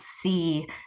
see